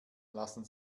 lassen